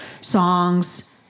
songs